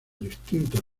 distintos